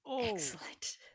Excellent